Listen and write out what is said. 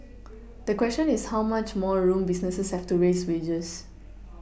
the question is how much more room businesses have to raise wages